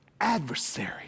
Adversary